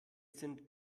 sind